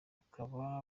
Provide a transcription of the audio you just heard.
ukaba